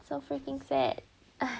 so freaking sad